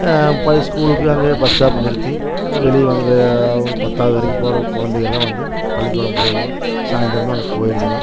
பழைய ஸ்கூலுக்கு அங்கேயே பஸ் ஸ்டாப் நிறுத்தி வெளியே வந்து பத்தாவது வரைக்கும் போகிற குழந்தைங்கள்லாம் வந்து பள்ளி கூடம் போகுதுவோ சாயந்தரமா அங்கே போயிடுதுக